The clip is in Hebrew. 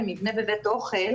בינתיים אין את זה.